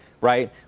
Right